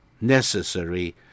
necessary